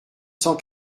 cent